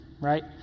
right